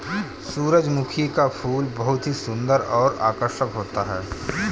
सुरजमुखी का फूल बहुत ही सुन्दर और आकर्षक होता है